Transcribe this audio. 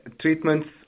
treatments